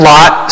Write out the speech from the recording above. Lot